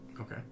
Okay